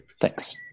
Thanks